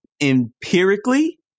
empirically